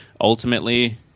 ultimately